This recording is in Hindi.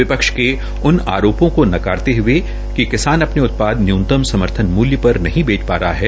विपक्ष के उन आरोपों को नकारते हये कि किसान अपने उत्पाद न्यूनतम समर्थन मूल्य पर नहीं बेच पा रहे है